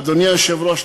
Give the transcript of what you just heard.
אדוני היושב-ראש,